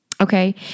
okay